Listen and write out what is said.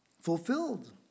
fulfilled